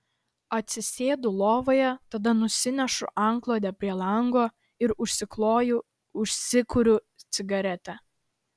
atsisėdu lovoje tada nusinešu antklodę prie lango ir užsikloju užsikuriu cigaretę